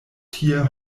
tie